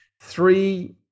three